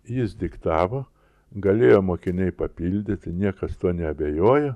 jis diktavo galėjo mokiniai papildyti niekas tuo neabejojo